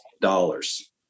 dollars